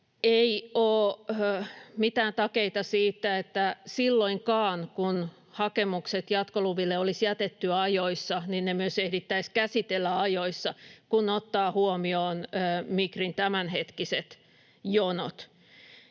Ei ole mitään takeita siitä, että silloinkaan, kun hakemukset jatkoluville olisi jätetty ajoissa, ne myös ehdittäisiin käsitellä ajoissa, kun ottaa huomioon Migrin tämänhetkiset jonot.